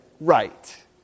right